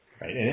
Right